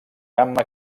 gamma